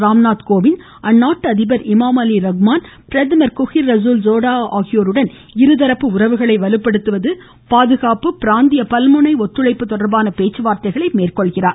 ராம்நாத் கோவிந்த் அந்நாட்டு அதிபர் Emomali Rahmon பிரதமர் குஹிர் ரஸுல் ஸோடா ஆகியோருடன் இருதரப்பு உறவுகளை வலுப்படுத்துவது பாதுகாப்பு பிராந்திய பல்முனை ஒத்துழைப்பு தொடர்பான பேச்சுவார்த்தைகளை மேற்கொள்கிறார்